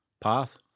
path